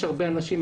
יש הרבה אנשים.